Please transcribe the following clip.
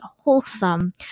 wholesome